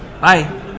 Bye